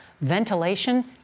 ventilation